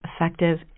effective